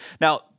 Now